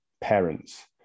parents